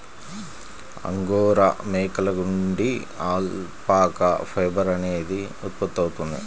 angora మేకల నుండి alpaca fibre అనేది ఉత్పత్తవుతుంది